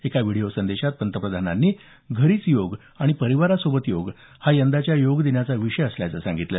एका व्हिडिओ संदेशात पंतप्रधानांनी घरीच योग आणि परिवारासोबत योग हा यंदाच्या योग दिनाचा विषय असल्याचं सांगितलं